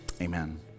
Amen